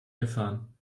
gefahren